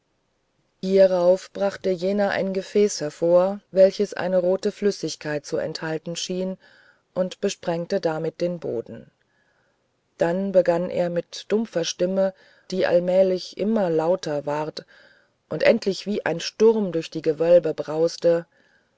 hierauf brachte jener ein gefäß hervor welches eine rote flüssigkeit zu enthalten schien und besprengte damit den boden dann begann er mit dumpfer stimme die allmählich immer lauter ward und endlich wie ein sturm durch die gewölbe brauste